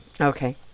Okay